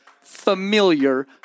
familiar